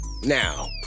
Now